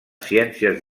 ciències